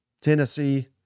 Tennessee